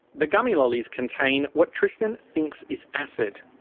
the gummy lollies contain what tristan thinks is acid.